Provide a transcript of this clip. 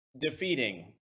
defeating